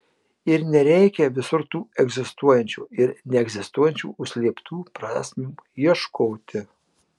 ir nereikia visur tų egzistuojančių ir neegzistuojančių užslėptų prasmių ieškoti